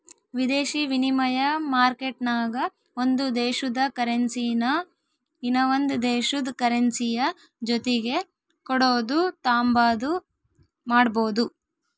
ವಿದೇಶಿ ವಿನಿಮಯ ಮಾರ್ಕೆಟ್ನಾಗ ಒಂದು ದೇಶುದ ಕರೆನ್ಸಿನಾ ಇನವಂದ್ ದೇಶುದ್ ಕರೆನ್ಸಿಯ ಜೊತಿಗೆ ಕೊಡೋದು ತಾಂಬಾದು ಮಾಡ್ಬೋದು